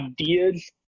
Ideas